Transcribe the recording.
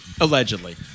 allegedly